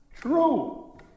true